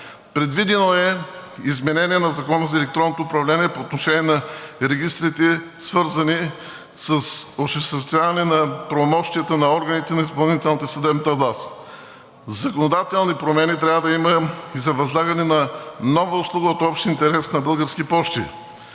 Предвидено е изменение на Закона за електронното управление по отношение на регистрите, свързани с осъществяване на правомощията на органите на изпълнителната и на съдебната власт. Законодателни промени трябва да има и за възлагане на нова услуга от общ интерес на „Български пощи“.